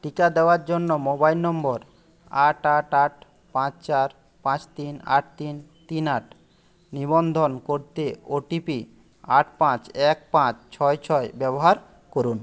টিকা দেওয়ার জন্য মোবাইল নম্বর আট আট আট পাঁচ চার পাঁচ তিন আট তিন তিন আট নিবন্ধন করতে ওটিপি আট পাঁচ এক পাঁচ ছয় ছয় ব্যবহার করুন